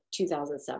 2007